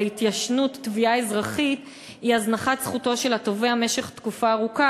להתיישנות תביעה אזרחית היא הזנחת זכותו של התובע במשך תקופה ארוכה,